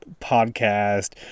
podcast